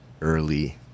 early